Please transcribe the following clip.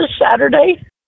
Saturday